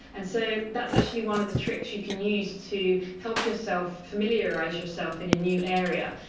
and so that's actually one of the tricks you can use to help yourself familiarise yourself in a new area.